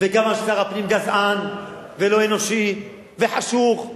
וכמה ששר הפנים גזען ולא-אנושי וחשוך.